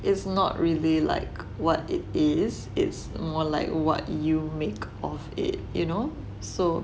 is not really like what it is it's more like what you make of it you know so